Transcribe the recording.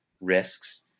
risks